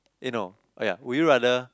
eh no !aiya! would you rather